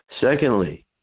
Secondly